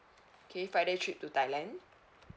okay five day trip to thailand